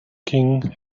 king